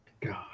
God